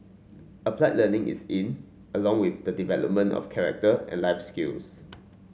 applied learning is in along with the development of character and life skills